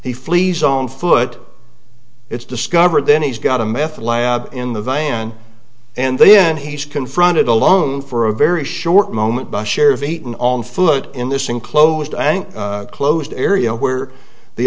he flees on foot it's discovered then he's got a meth lab in the van and then he's confronted alone for a very short moment by sheriff eaton on foot in this enclosed ank closed area where the